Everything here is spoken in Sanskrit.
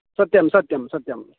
सत्यं सत्यं सत्यं